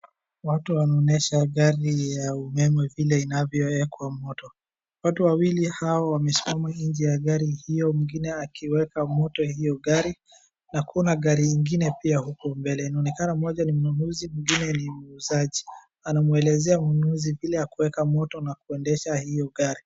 Watu wanaonyesha gari ya umeme vile inavyoekwa moto. Watu wawili hao wamesimama nje ya gari hiyo mwingine akiweka moto hiyo gari na kuna gari ingine pia uku mbele. Inaonekana mmoja ni mnunuzi mwingine ni muuzaji. Anamwelezea mnunuzi vile yakueka moto na kuedesha hio gari.